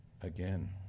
Again